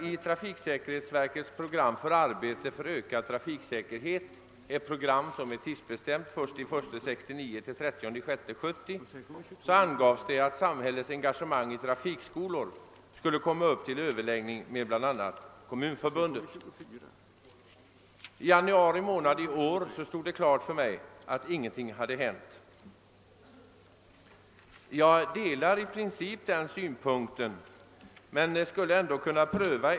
I trafiksäkerhetsverkets »Program för arbetet för ökad trafiksäkerhet 1.1.69—30.6.70» angavs att samhällets engagemang i trafikskolor skulle komma upp till överläggning med bl.a. Kommunförbundet. I januari stod det klart för mig att ingenting hänt.